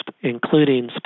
including